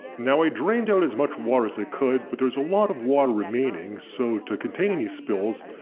now i drained out as much water as i could, but there is a lot of water remaining so to contain any spills,